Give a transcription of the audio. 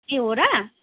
ए हो र